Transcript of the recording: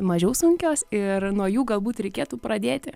mažiau sunkios ir nuo jų galbūt reikėtų pradėti